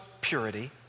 purity